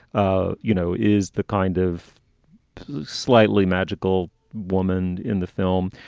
ah you know, is the kind of slightly magical woman in the film.